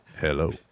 Hello